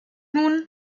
nun